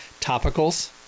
topicals